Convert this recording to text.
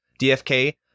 DFK